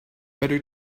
better